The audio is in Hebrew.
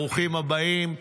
ברוכים הבאים.